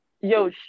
Yo